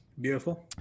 Beautiful